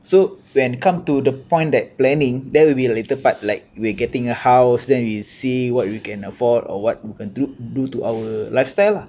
so when come to the point that planning there will be a little part like we're getting a house then we see what we can afford or what you can do to our lifestyle lah